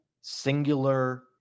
singular